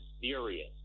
serious